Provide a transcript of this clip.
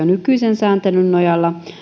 nykyisen sääntelyn nojalla